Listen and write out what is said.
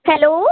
hello